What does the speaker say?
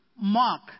Mark